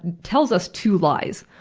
tells us two lies.